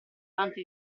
dante